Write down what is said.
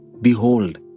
behold